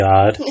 God